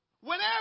Whenever